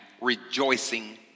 rejoicing